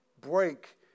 break